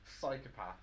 psychopath